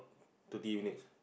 thirty minutes